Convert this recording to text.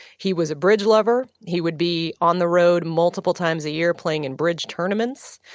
he was a bridge lover. he would be on the road multiple times a year playing in bridge tournaments.